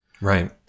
Right